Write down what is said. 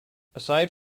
aside